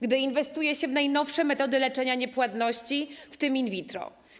Gdy inwestuje się w najnowsze metody leczenia niepłodności, w tym in vitro.